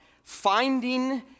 Finding